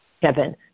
Kevin